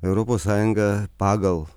europos sąjunga pagal